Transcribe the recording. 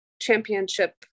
championship